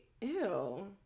Ew